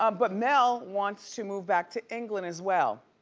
um but mel wants to move back to england as well